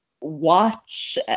watch